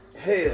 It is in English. hell